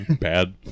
Bad